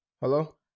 Hello